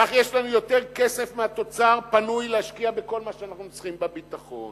כך יש לנו יותר כסף פנוי מהתוצר להשקיע בכל מה שאנחנו צריכים: בביטחון